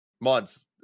months